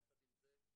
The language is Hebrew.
יחד עם זה,